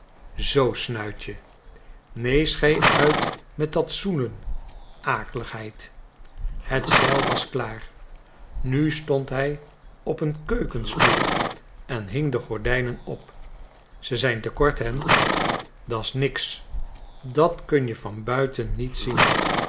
zoo snuitje nee schei uit met dat zoenen akeligheid het zeil was klaar nu stond hij op een keukenstoel en hing de gordijnen op ze zijn te kort hen da's niks dat kun je van buiten niet zien